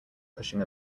pushing